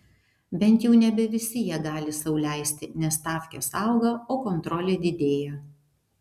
bent jau nebe visi ją gali sau leisti nes stavkės auga o kontrolė didėja